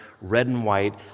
red-and-white